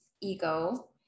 ego